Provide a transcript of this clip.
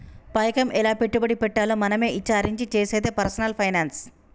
పైకం ఎలా పెట్టుబడి పెట్టాలో మనమే ఇచారించి చేసేదే పర్సనల్ ఫైనాన్స్